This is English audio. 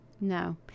no